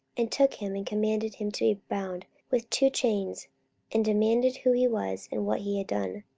and took him, and commanded him to be bound with two chains and demanded who he was, and what he had done.